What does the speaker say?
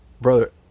Brother